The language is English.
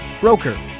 Broker